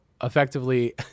effectively